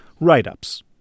write-ups